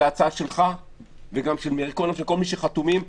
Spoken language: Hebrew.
זו הצעה שלך וגם של כל מי שחתומים: